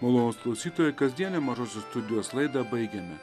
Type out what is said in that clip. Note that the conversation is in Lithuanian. malonūs klausytojai kasdienę mažosios studijos laidą baigiame